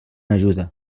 ajuda